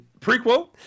Prequel